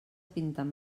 pintant